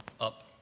up